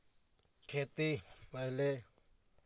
खेती पहले